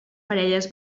parelles